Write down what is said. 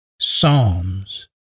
Psalms